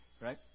right